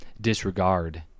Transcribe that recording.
Disregard